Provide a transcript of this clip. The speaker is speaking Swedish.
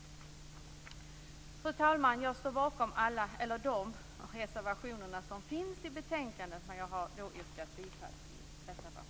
Fru talman! Jag står bakom de reservationer som finns i betänkandet, men jag yrkar bifall till reservation nr 4.